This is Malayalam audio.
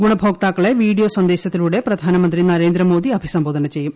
ഗുണഭോക്താക്കളെ വീഡിയോ സന്ദേശത്തിലൂടെ പ്രധാനമന്ത്രി നരേന്ദ്രമോദി അഭിസംബോധന ചെയ്യു